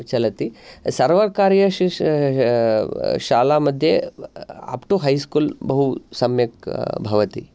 चलति सर्वकार्येषु श शाला मध्ये अप्टु हैस्कूल् बहु सम्यक् भवति